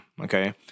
Okay